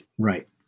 Right